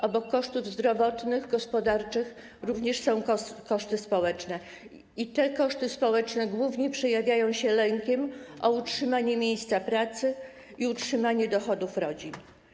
Obok kosztów zdrowotnych, gospodarczych są również koszty społeczne - i te koszty społeczne głównie przejawiają się lękiem o utrzymanie miejsca pracy i utrzymanie dochodów rodzin.